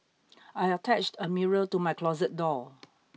I attached a mirror to my closet door